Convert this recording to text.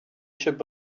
should